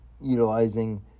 utilizing